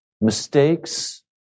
mistakes